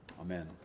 Amen